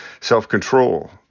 self-control